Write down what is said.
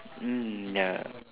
mm ya